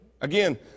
Again